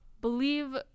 Believe